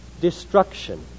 destruction